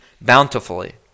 bountifully